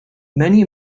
many